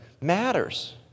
Matters